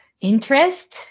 interest